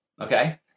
okay